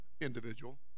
individual